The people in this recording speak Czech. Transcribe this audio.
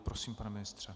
Prosím, pane ministře.